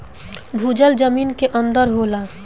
भूजल जमीन के अंदर होला